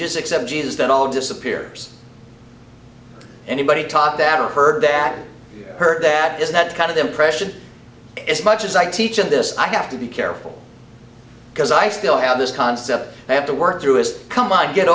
just accept jesus that all disappears anybody talk that or heard that heard that is that kind of impression as much as i teach and this i have to be careful because i still have this concept i have to work through it come i get